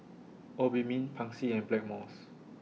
Obimin Pansy and Blackmores